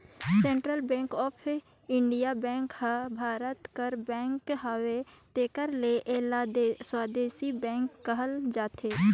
central bank of India bank हर भारत कर bank हवे तेकर ले एला स्वदेसी बेंक कहल जाथे